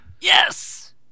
Yes